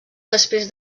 després